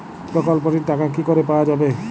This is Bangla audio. প্রকল্পটি র টাকা কি করে পাওয়া যাবে?